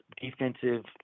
defensive